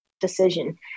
decision